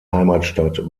heimatstadt